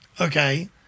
Okay